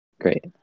Great